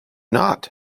not